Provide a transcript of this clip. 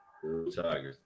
tigers